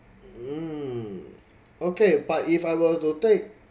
mm okay but if I were to take